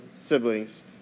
siblings